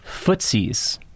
footsies